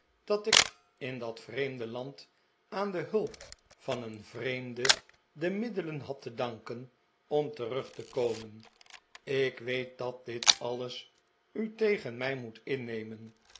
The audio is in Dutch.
dat ik in dat vreemde land aan de hulp van een vreemde de middelen had te danken om terug te komen ik weet dat dit alles u tegen mij moet innemen